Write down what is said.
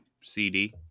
CD